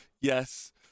yes